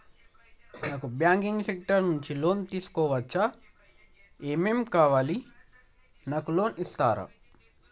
నాకు banking sector నుంచి loan తీసుకోవచ్చా? ఏమేం కావాలి? నాకు లోన్ ఇస్తారా?